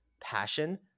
passion